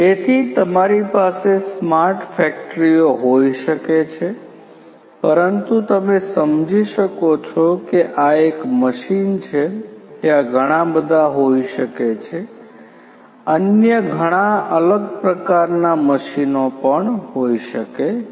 તેથી તમારી પાસે સ્માર્ટ ફેક્ટરીઓ હોઈ શકે છે પરંતુ તમે સમજી શકો છો કે આ એક મશીન છે ત્યાં ઘણા બધા હોઈ શકે છે અન્ય ઘણા અલગ પ્રકારના મશીનો પણ હોઈ શકે છે